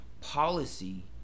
policy